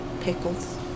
Pickles